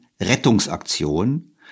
Rettungsaktion